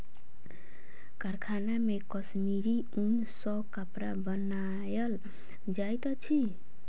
कारखाना मे कश्मीरी ऊन सॅ कपड़ा बनायल जाइत अछि